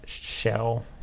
shell